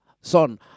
Son